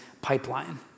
Pipeline